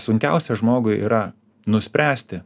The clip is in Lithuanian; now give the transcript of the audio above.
sunkiausia žmogui yra nuspręsti